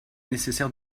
nécessaire